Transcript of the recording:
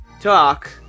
talk